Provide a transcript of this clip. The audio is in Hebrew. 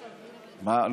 מה?